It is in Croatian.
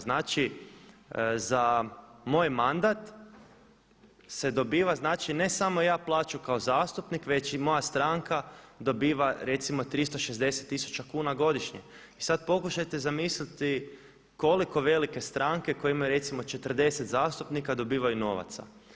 Znači za moj mandat se dobiva ne samo ja plaću kao zastupnik, već i moja stranka dobiva recimo 360 tisuća kuna godišnje i sada pokušajte zamisliti koliko velike stranke koje imaju recimo 40 zastupnika dobivaju novaca.